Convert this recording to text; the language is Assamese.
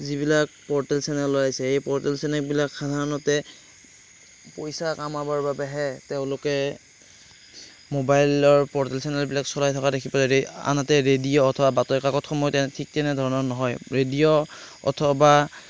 যিবিলাক পৰ্টেল চেনেল ওলাইছে সেই পৰ্টেল চেনেলবিলাক সাধাৰণতে পইচা কামাবৰ বাবেহে তেওঁলোকে ম'বাইলৰ পৰ্টেল চেনেলবিলাক চলাই থকা আনহাতে ৰেডিঅ' অথবা বাতৰি কাকতসমূহে ঠিক তেনেধৰণৰ নহয় ৰেডিঅ' অথবা